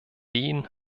den